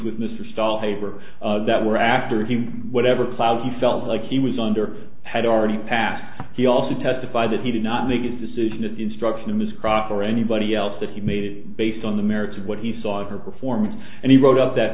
with mr starr favor that were after him whatever cloud he felt like he was under had already passed he also testified that he did not make a decision at the instruction of ms crocker or anybody else that he made it based on the merits of what he saw her performance and he wrote up that